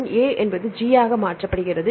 A என்பது G ஆக மாற்றப்படுகிறது